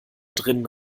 drinnen